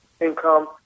income